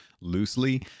loosely